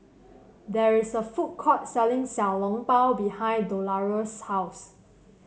there is a food court selling Xiao Long Bao behind Dolores' house